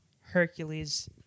Hercules